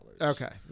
Okay